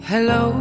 Hello